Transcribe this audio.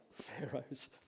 Pharaoh's